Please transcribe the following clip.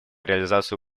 реализацию